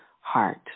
heart